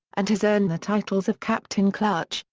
and has earned the titles of captain clutch,